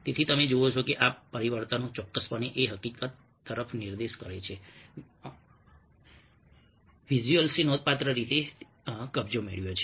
તેથી તમે જુઓ છો કે આ પરિવર્તનો ચોક્કસપણે એ હકીકત તરફ નિર્દેશ કરે છે કે વિઝ્યુઅલ્સે નોંધપાત્ર રીતે કબજો મેળવ્યો છે